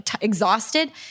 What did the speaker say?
exhausted